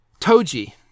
Toji